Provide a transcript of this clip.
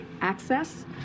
access